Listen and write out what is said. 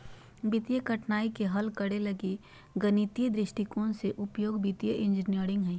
वित्तीय कठिनाइ के हल करे लगी गणितीय दृष्टिकोण के उपयोग वित्तीय इंजीनियरिंग हइ